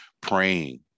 praying